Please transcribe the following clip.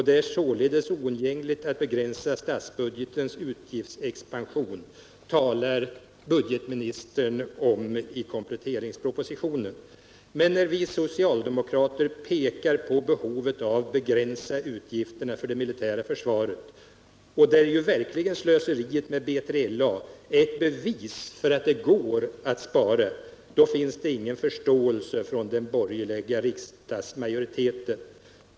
Det är sålunda oundgängligt att begränsa statsbudgetens utgiftsexpansion, talar budgetministern om i kompletteringspropositionen. Men när vi socialdemokrater pekar på behovet av att begränsa utgifterna för det militära försvaret, där ju slöseriet med B3LA verkligen är ett bevis för att det går att spara, finns det ingen förståelse hos den borgerliga riksdagsmajoriteten.